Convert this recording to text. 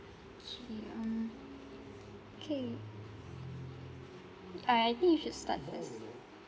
okay um okay I I think you should start first